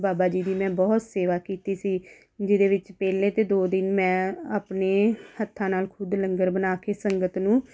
ਬਾਬਾ ਜੀ ਦੀ ਮੈਂ ਬਹੁਤ ਸੇਵਾ ਕੀਤੀ ਸੀ ਜਿਹਦੇ ਵਿੱਚ ਪਹਿਲੇ ਤਾਂ ਦੋ ਦਿਨ ਮੈਂ ਆਪਣੇ ਹੱਥਾਂ ਨਾਲ ਖੁਦ ਲੰਗਰ ਬਣਾ ਕੇ ਸੰਗਤ ਨੂੰ